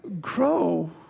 grow